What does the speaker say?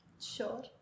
Sure